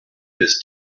this